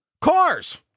cars